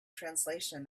translation